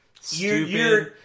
stupid